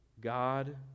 God